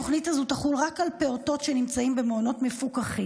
התוכנית הזו תחול רק על פעוטות שנמצאים במעונות מפוקחים,